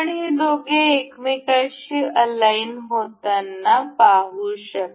आपण हे दोघे एकमेकांशी अलाईन होताना पाहू शकता